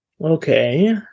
Okay